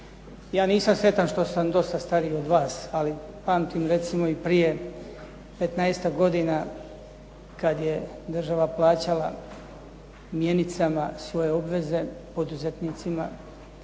Ja nisam sretan što sam dosta stariji od vas, ali pamtim recimo i prije 15-tak godina kad je država plaćala mjenicama svoje obveze poduzetnicima,